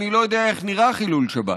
אני לא יודע איך נראה חילול שבת.